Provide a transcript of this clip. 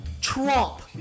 Trump